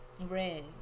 red